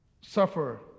suffer